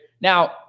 Now